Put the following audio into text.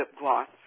gloss